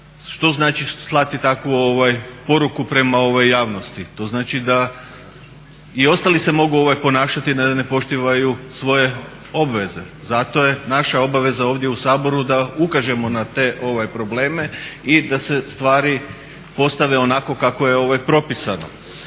Što znači slati takvu poruku prema javnosti? To znači da i ostali se mogu ponašati da ne poštivaju svoje obveze, zato je naša obaveza ovdje u Saboru da ukažemo na te probleme i da se stvari postave onako kako je propisano.